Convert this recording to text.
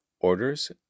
orders